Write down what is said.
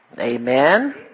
Amen